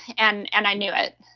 and and i knew it.